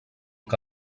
que